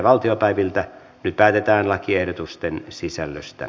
nyt päätetään lakiehdotusten sisällöstä